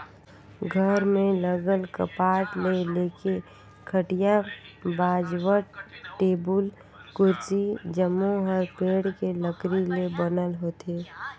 घर में लगल कपाट ले लेके खटिया, बाजवट, टेबुल, कुरसी जम्मो हर पेड़ के लकरी ले बनल होथे